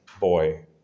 boy